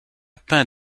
peint